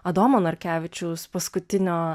adomo narkevičiaus paskutinio